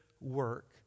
work